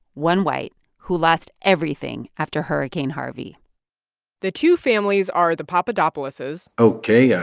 one white who lost everything after hurricane harvey the two families are the papadopouloses. ok. yeah